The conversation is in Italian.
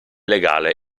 legale